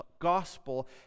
gospel